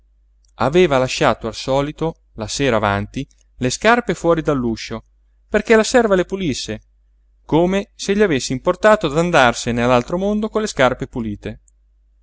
aveva lasciato al solito la sera avanti le scarpe fuori dell'uscio perché la serva le pulisse come se gli avesse importato d'andarsene all'altro mondo con le scarpe pulite